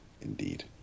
indeed